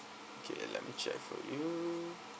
okay let me check for you